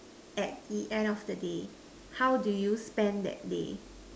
at the end of the day how do you spend that day